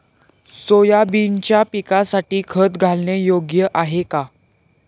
सोयाबीनच्या पिकासाठी खत घालणे योग्य आहे का?